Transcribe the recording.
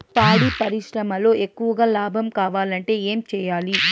పాడి పరిశ్రమలో ఎక్కువగా లాభం కావాలంటే ఏం చేయాలి?